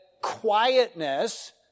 quietness